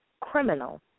criminal